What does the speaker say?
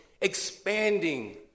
expanding